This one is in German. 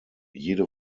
jede